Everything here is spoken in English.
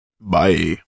Bye